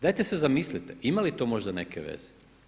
Dajte se zamislite ima li to možda neke veze?